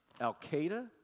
Al-Qaeda